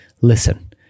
listen